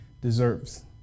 deserves